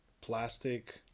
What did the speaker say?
plastic